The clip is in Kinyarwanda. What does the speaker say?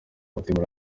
umutima